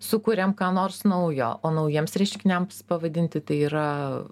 sukuriam ką nors naujo o naujiems reiškiniams pavadinti tai yra